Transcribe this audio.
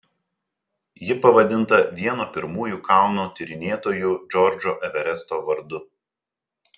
ji pavadinta vieno pirmųjų kalno tyrinėtojų džordžo everesto vardu